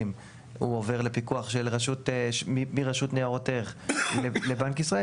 הוא עובר לפיקוח מרשות ניירות ערך לבנק ישראל,